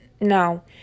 No